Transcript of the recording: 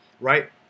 Right